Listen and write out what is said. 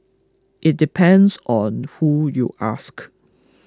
it depends on who you ask